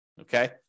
Okay